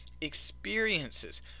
experiences